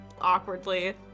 awkwardly